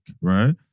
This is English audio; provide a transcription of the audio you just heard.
Right